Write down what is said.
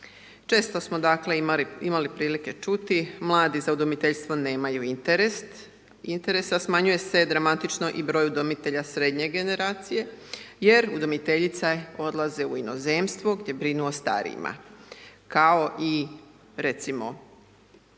Često smo, dakle, imali prilike čuti, mladi za udomiteljstvo nemaju interes, a smanjuje se dramatično i broj udomitelja srednje generacije jer udomiteljice odlaze u inozemstvo gdje brinu o starijima, kao i, recimo,